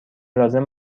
لازم